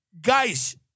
guys